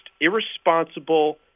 irresponsible